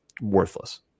worthless